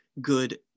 good